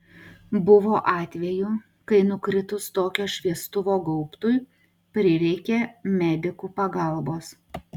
buvo atvejų kai nukritus tokio šviestuvo gaubtui prireikė medikų pagalbos